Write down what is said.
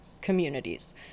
communities